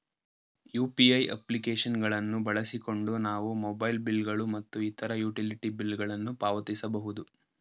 UPI application ಗಳನ್ನು ಬಳಸಿಕೊಂಡು ನಾವು ಮೊಬೈಲ್ ಬಿಲ್ ಗಳು ಮತ್ತು ಇತರ ಯುಟಿಲಿಟಿ ಬಿಲ್ ಗಳನ್ನು ಪಾವತಿಸಬಹುದು